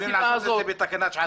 יכולים לעשות את זה בתקנות שעת חירום.